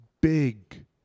big